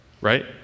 right